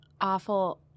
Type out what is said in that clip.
awful